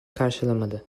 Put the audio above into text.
karşılamadı